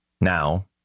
now